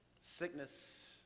sickness